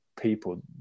people